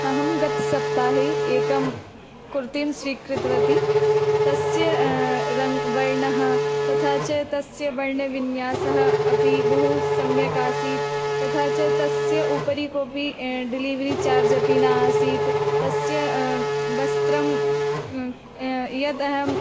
अहं गतसप्ताहे एकं कुर्तिं स्वीकृतवती तस्य रङ्ग् वर्णः तथा च तस्य वर्णविन्यासः अपि बहु सम्यगासीत् तथा च तस्य उपरि कोपि डिलिव्रि चार्ज् अपि न आसीत् तस्य वस्त्रं यत् अहं